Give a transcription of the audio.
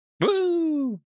Woo